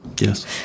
Yes